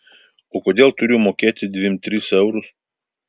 o kodėl turiu mokėti dvim tris eurus